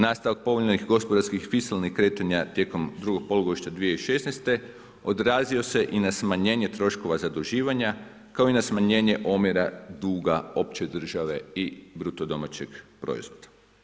Nastavak povoljnih gospodarskih fiskalnih kretanja tijekom drugog polugodišta 2016. odrazio se i na smanjenje troškova zaduživanja, kao i na smanjenje omjera duga opće države i bruto domaćeg proizvoda.